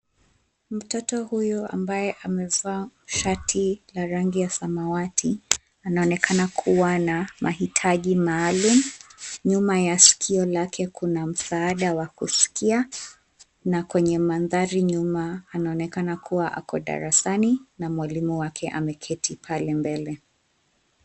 Mtoto huyu ambaye amevaa shati la rangi ya samawati anaonekana kuwa na mahitaji maalum. Nyuma ya sikio lake kuna msaada wa kusikia, na kwenye mandhari nyuma anaonekana kuwa ako darasani na mwalimu wake ameketi pale mbele.